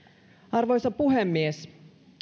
arvoisa puhemies